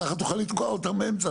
ככה תוכל לתקוע אותם באמצע.